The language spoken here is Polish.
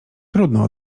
trudno